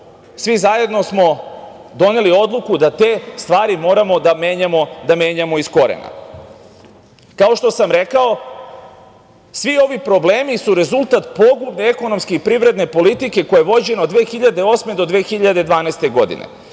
svi zajedno smo doneli odluku da te stvari moramo da menjamo iz korena. Kao što sam rekao, svi ovi problemi su rezultat pogubne ekonomske i privredne politike koja je vođena od 2008. do 2012. godine,